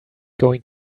going